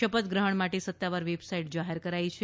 શપથગ્રહણ માટે સત્તાવાર વેબસાઇટ જાહેર કરાઇ છે